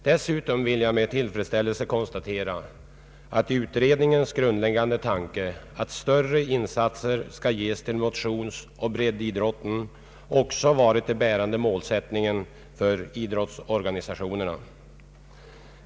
Dessutom vill jag med tillfredsställelse konstatera att utredningens grundläggande tanke, att större insatser skall göras för motionsoch breddidrotten, också varit den bärande målsättningen för idrottsorganisationerna.